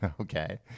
Okay